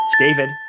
david